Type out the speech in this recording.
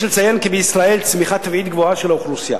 יש לציין כי בישראל צמיחה טבעית גבוהה של האוכלוסייה